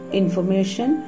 information